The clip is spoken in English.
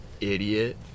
Idiot